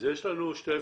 אז יש לנו שתי אפשרויות.